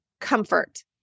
comfort